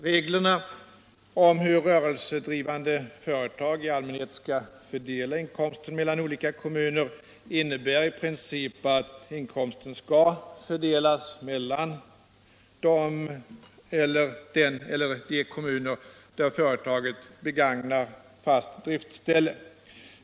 Reglerna om hur rörelsedrivande företag i allmänhet skall fördela inkomsten mellan olika kommuner innebär i princip att inkomsten skall fördelas mellan den kommun där företaget har sitt huvudkontor och den eller de kommuner där företaget begagnar fast driftställe.